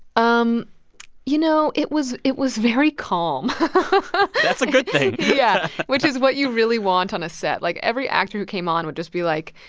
um you know, it was it was very calm that's a good thing yeah, which is what you really want on a set. like, every actor who came on would just be like,